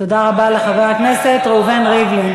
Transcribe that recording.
תודה רבה לחבר הכנסת ראובן ריבלין.